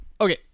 Okay